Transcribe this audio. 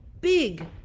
big